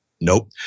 Nope